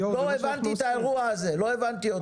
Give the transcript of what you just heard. לא הבנתי את האירוע הזה, לא הבנתי אותו.